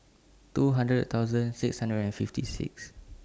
two hundred thousand six hundred and fifty six